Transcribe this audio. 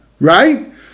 Right